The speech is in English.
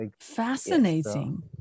Fascinating